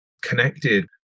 connected